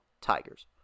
tigers